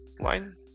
line